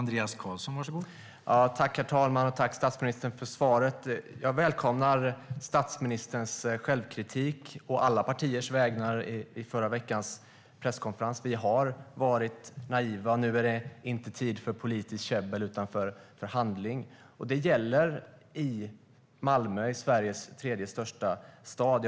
Herr talman! Tack, statsministern, för svaret! Jag välkomnar statsministerns självkritik, å alla partiers vägnar, i förra veckans presskonferens. Vi har varit naiva. Nu är det inte tid för politiskt käbbel utan för handling. Det gäller i Malmö, i Sveriges tredje största stad.